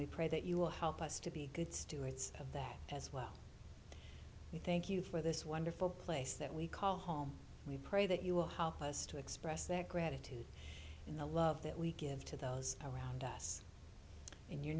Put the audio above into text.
we pray that you will help us to be good stewards of that as well we thank you for this wonderful place that we call home we pray that you will help us to express their gratitude in the love that we give to those around us in your